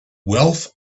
wealth